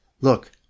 look